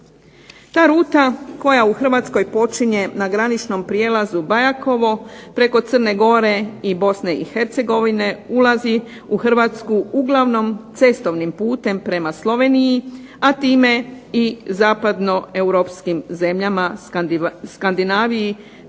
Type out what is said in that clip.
Ta ruta koja u Hrvatskoj počinje na graničnom prijelazu Bajakovo preko Crne Gore i Bosne i Hercegovine ulazi u Hrvatsku uglavnom cestovnim putem prema Sloveniji, a time i zapadno europskim zemljama, Skandinaviji